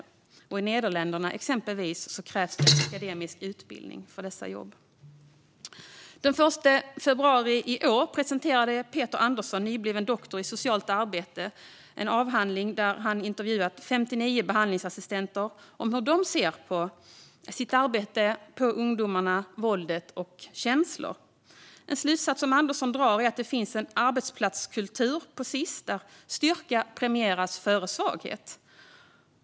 I exempelvis Nederländerna krävs det akademisk utbildning för dessa jobb. Den 1 februari i år presenterades en avhandling av Peter Andersson, nybliven doktor i socialt arbete. Han hade intervjuat 59 behandlingsassistenter om hur de ser på sitt arbete, på ungdomarna, på våldet och på känslor. En slutsats som Andersson drar är att det finns en arbetsplatskultur på Sis-hem där styrka premieras före svaghet.